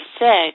six